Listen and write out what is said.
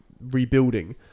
rebuilding